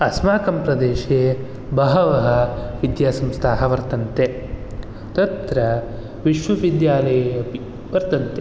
अस्माकं प्रदेशे बहवः विद्यासंस्थाः वर्तन्ते तत्र विश्वविद्यालये अपि वर्तन्ते